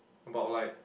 about like